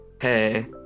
hey